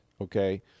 okay